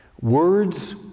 Words